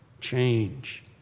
change